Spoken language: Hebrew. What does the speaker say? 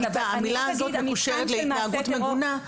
המילה הזאת מקושרת להתנהגות מגונה.